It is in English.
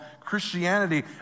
Christianity